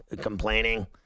complaining